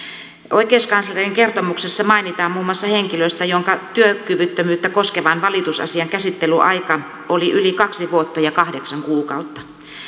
oikeuskanslerin kertomuksessa mainitaan muun muassa henkilö jonka työkyvyttömyyttä koskevan valitusasian käsittelyaika oli yli kaksi vuotta kahdeksan kuukautta